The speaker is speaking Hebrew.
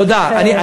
תודה.